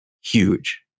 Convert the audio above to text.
huge